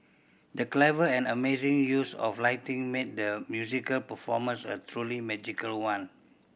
the clever and amazing use of lighting made the musical performance a truly magical one